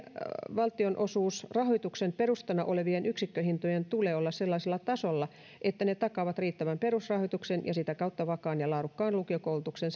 valtionosuusrahoituksen perustana olevien yksikköhintojen tulee olla sellaisella tasolla että ne takaavat riittävän perusrahoituksen ja sitä kautta vakaan ja laadukkaan lukiokoulutuksen